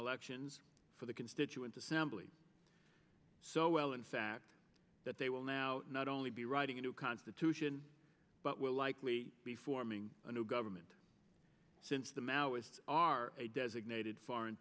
elections for the constituent assembly so well in fact that they will now not only be writing a new constitution but will likely be forming a new government since the maoists are a designated foreign